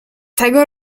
tego